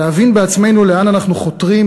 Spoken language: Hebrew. להבין בעצמנו לאן אנחנו חותרים,